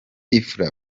fla